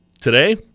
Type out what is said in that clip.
Today